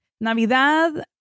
Navidad